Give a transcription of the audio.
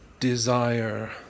desire